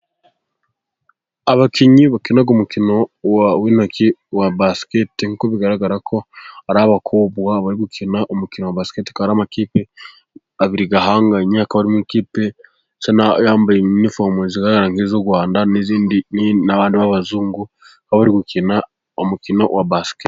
Abakinnyi bakina umukino w'intoki wa basiketi, nk'uko bigaragara ko ari abakobwa bari gukina umukino wa basiketi ni amakipe abiri ahanganye, akaba arimo ikipe isa n'aho yambaye imyenda y'u Rwanda, n'indi b'abazungu baba bari gukina umukino wa baskeba.